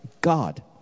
God